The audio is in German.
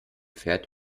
fährt